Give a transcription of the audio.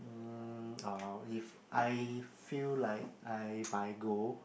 mm !walao! if I feel like I if I go